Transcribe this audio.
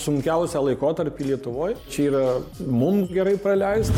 sunkiausią laikotarpį lietuvoj čia yra mums gerai praleist